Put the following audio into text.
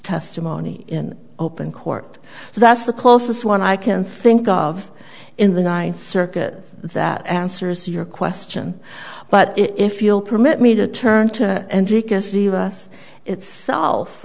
testimony in open court so that's the closest one i can think of in the ninth circuit that answers your question but if you'll permit me to turn to